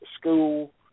school